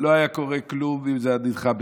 לא היה קורה כלום אם זה היה נדחה בשבוע-שבועיים.